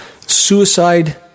suicide